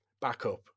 backup